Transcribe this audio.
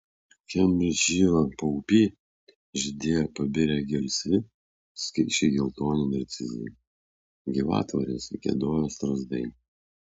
kembridžšyro paupy žydėjo pabirę gelsvi ir skaisčiai geltoni narcizai gyvatvorėse giedojo strazdai